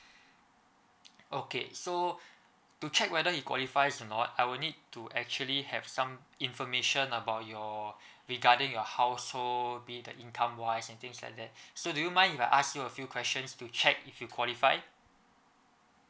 okay so to check whether he qualifies or not I will need to actually have some information about your regarding your household be that income wise and things like that so do you mind if I ask you a few questions to check if you qualify